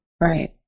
right